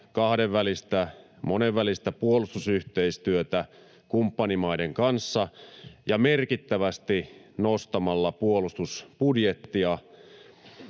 kahdenvälistä ja monenvälistä puolustusyhteistyötä kumppanimaiden kanssa ja nostamalla merkittävästi puolustusbudjettia.